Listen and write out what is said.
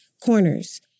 corners